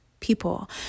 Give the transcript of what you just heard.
People